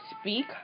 Speak